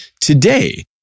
today